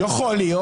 יכול להיות.